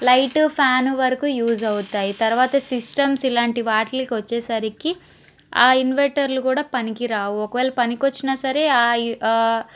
light fan వరకు use అవుతాయి తర్వాత సిస్టమ్స్ ఇలాంటి వాటిలకి వచ్చేసరికి ఆ ఇన్వెటర్లు కూడా పనికిరావు ఒకవేళ పనికొచ్చిన సరే